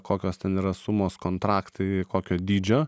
kokios ten yra sumos kontraktai kokio dydžio